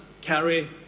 carry